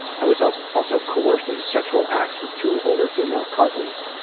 i was so also coerced into sexual acts with two older female cousins.